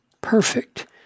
perfect